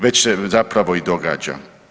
Već se zapravo i događa.